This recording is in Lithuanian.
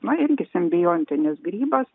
na irgi simbiotinis grybas